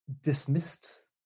dismissed